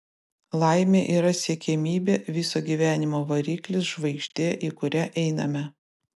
laimė yra siekiamybė viso gyvenimo variklis žvaigždė į kurią einame